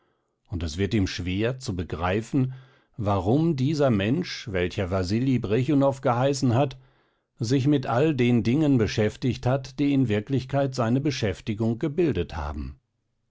und es wird ihm schwer zu begreifen warum dieser mensch welcher wasili brechunow geheißen hat sich mit all den dingen beschäftigt hat die in wirklichkeit seine beschäftigung gebildet haben